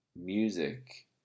music